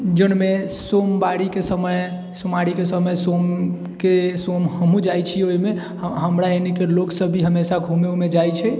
जोनमे सोमवारीके समय सोमवारीके समय सोमके सोम हमहुँ जाइ छी ओहिमे हमरा एनेके लोग सब भी हमेशा घूमे उमे जाइ छै